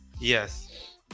Yes